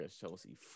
Chelsea